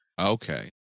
Okay